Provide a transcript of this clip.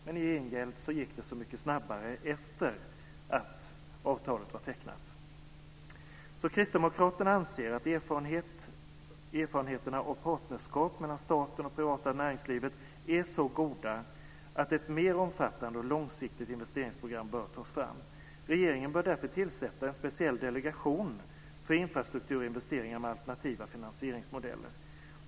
Men i gengäld gick det så mycket snabbare efter det att avtalet var tecknat. Kristdemokraterna anser att erfarenheterna av partnerskap mellan staten och det privata näringslivet är så goda att ett mer omfattande och långsiktigt investeringsprogram bör tas fram. Regeringen bör därför tillsätta en speciell delegation för infrastrukturinvesteringar med alternativa finansieringsmodeller.